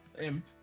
imp